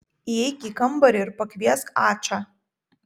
įeik į kambarį ir pakviesk ačą